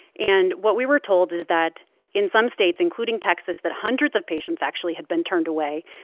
and what we were told is that in some states, including texas that hundreds of patients actually had been turned away.